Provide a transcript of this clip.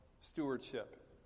stewardship